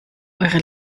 eure